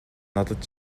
надад